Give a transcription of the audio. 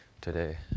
today